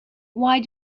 why